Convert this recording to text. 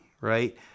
right